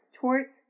Torts